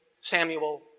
Samuel